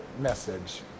message